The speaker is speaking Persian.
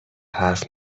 حرف